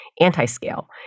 anti-scale